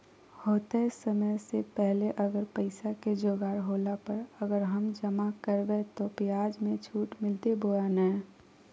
होतय समय से पहले अगर पैसा के जोगाड़ होला पर, अगर हम जमा करबय तो, ब्याज मे छुट मिलते बोया नय?